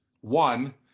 one